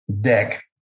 deck